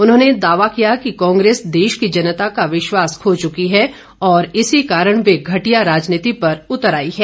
उन्होंने दावा किया कि कांग्रेस देश की जनता का विश्वास खो चुकी है और इसी कारण वह घटिया राजनीति पर उतर आई है